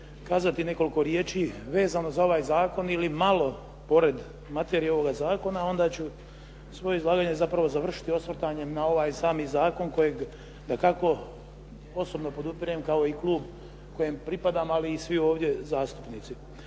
kazati nekoliko riječi vezano za ovaj zakon ili malo pored materije ovoga zakona. Onda ću svoje izlaganje zapravo završiti osvrtanjem na ovaj sami zakon kojeg dakako osobno podupirem kao i klub kojem pripadam ali i svi ovdje zastupnici.